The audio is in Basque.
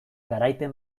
garaipen